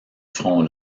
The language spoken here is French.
front